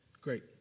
Great